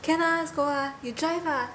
can lah let's go ah you drive ah